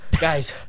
guys